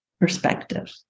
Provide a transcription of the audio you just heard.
perspective